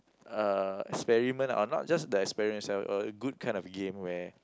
uh experiment or not just the experiment itself a good kind of game where